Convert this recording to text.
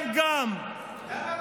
תנאם בערבית.